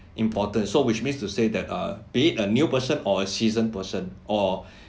important so which means to say uh be it a new person or a seasoned person or